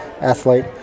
athlete